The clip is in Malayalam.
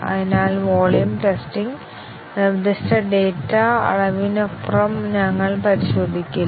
അതിനാൽ വോളിയം ടെസ്റ്റിങ് നിർദ്ദിഷ്ട ഡാറ്റ അളവിനപ്പുറം ഞങ്ങൾ പരിശോധിക്കില്ല